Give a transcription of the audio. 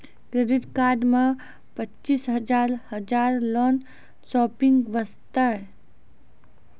Credit card मे पचीस हजार हजार लोन शॉपिंग वस्ते?